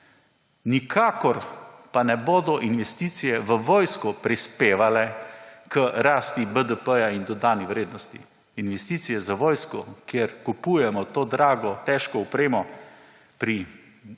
Nikakor pa ne bodo investicije v vojsko prispevale k rasti BDP-ja in dodani vrednosti. Investicije za vojsko, kjer kupujemo to drago, težko opremo pri